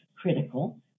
critical